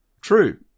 True